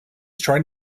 trying